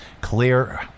Clear